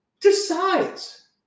decides